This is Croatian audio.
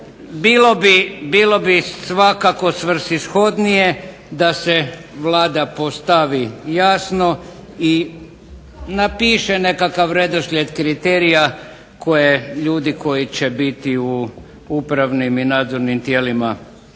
Bilo bi svakako svrsishodnije da se Vlada postavi jasno i napiše nekakav redoslijed kriterija koje ljudi koji će biti u upravnim i nadzornim tijelima tih